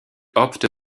opte